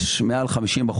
יש מעל 50%,